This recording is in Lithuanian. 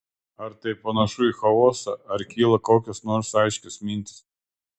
ar tai panašu į chaosą ar kyla kokios nors aiškios mintys